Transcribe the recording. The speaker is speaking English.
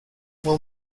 will